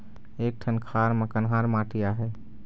एक ठन खार म कन्हार माटी आहे?